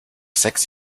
sechs